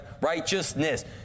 righteousness